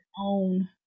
own